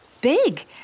big